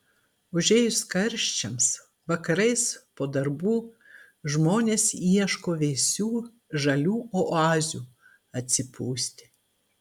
užėjus karščiams vakarais po darbų žmonės ieško vėsių žalių oazių atsipūsti